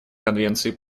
конвенции